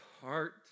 heart